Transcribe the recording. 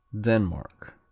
Denmark